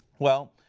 well,